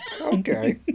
okay